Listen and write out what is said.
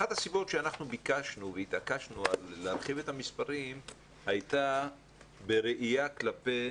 אחת הסיבות שאנחנו ביקשנו והתעקשנו להרחיב את המספרים הייתה בראייה כלפי